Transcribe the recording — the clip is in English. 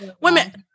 women